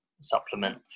supplement